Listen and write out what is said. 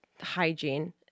hygiene